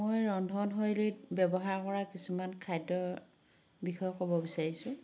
মই ৰন্ধনশৈলীত ব্যৱহাৰ কৰা কিছুমান খাদ্যৰ বিষয়ে ক'ব বিচাৰিছোঁ